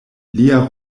lia